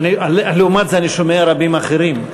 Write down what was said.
לעומת זה אני שומע רבים אחרים.